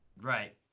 Right